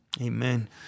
Amen